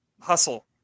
Hustle